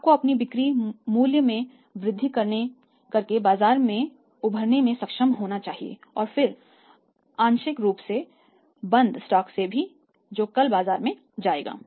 आपको अपनी बिक्री मूल्य में वृद्धि करके बाजार से उबरने में सक्षम होना चाहिए और फिर आंशिक रूप से बंद स्टॉक से भी जो कल बाजार में जाएगा